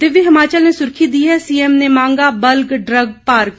दिव्य हिमाचल ने सुर्खी दी है सीएम ने मांगा बल्क ड्रग पार्क